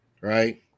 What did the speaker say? right